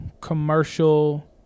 commercial